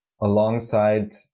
alongside